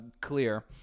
clear